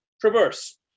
traverse